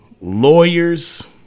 lawyers